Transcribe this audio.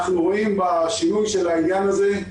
רואים בשינוי של העניין הזה,